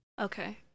Okay